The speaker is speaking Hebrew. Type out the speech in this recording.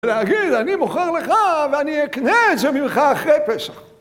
להגיד אני מוכר לך ואני אקנה את זה ממך אחרי פסח